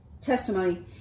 testimony